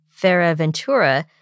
Ferraventura